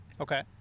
okay